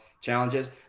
challenges